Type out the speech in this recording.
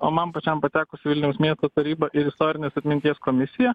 o man pačiam patekus į vilniaus miesto tarybą į istorinės atminties komisiją